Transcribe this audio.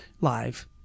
live